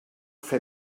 fer